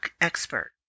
expert